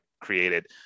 created